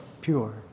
pure